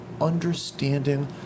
understanding